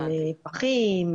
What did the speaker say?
פחים,